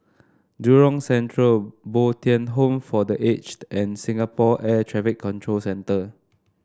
Jurong Central Bo Tien Home for The Aged and Singapore Air Traffic Control Centre